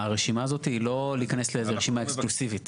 הרשימה הזאת היא לא להיכנס לאיזה רשימה אקסקלוסיבית.